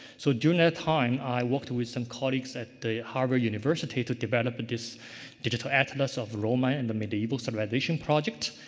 so, during that time, i worked with some colleagues at the harvard university to develop this digital atlas of roman and the medieval civilization project.